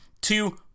two